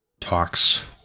talks